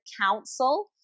Council